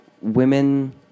women